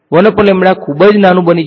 ખૂબ જ નાનું બની જશે